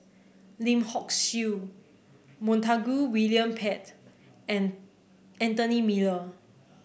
Lim Hock Siew Montague William Pett and Anthony Miller